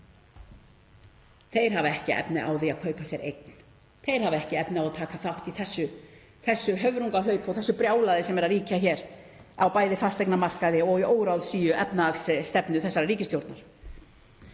Þeir hafa ekki efni á því að kaupa sér eign. Þeir hafa ekki efni á að taka þátt í þessu höfrungahlaupi og þessu brjálæði sem ríkir hér á bæði fasteignamarkaði og í óráðsíu efnahagsstefnu þessarar ríkisstjórnar.